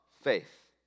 faith